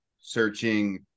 searching